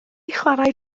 chwarae